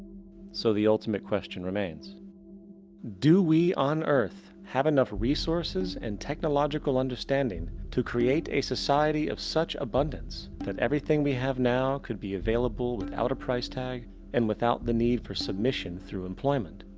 so the ultimate question remains do we on earth have enough resources and technological understanding to create a society of such abundance, that everything we have now could be available without a price tag and without the need for submission through employment?